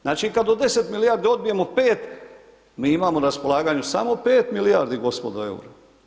Znači, kad od 10 milijardi odbijemo 5, mi imao na raspolaganju samo 5 milijardi, gospodo, EUR-a.